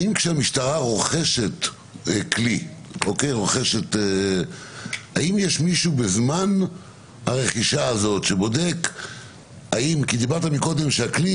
כשהמשטרה רוכשת כלי כי אמרת קודם שלכלי